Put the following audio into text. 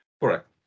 Correct